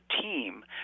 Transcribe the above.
team